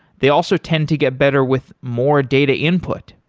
they also tend to get better with more data input.